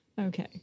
Okay